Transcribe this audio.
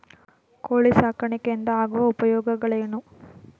ಕೋಳಿ ಸಾಕಾಣಿಕೆಯಿಂದ ಆಗುವ ಉಪಯೋಗಗಳೇನು?